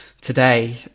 today